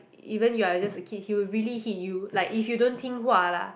even you are just a kid he will really hit you like if you don't 听话 lah